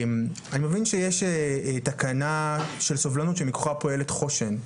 אני מבין שיש תקנה של סובלנות שמתוכה פועלת חוש"ן,